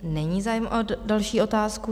Není zájem o další otázku.